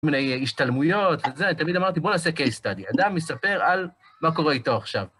מיני השתלמויות וזה, אני תמיד אמרתי, בוא נעשה קייס סטדי, אדם מספר על מה קורה איתו עכשיו.